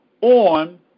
on